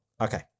Okay